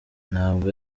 ntabwo